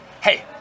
Hey